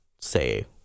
say